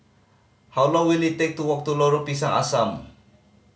how long will it take to walk to Lorong Pisang Asam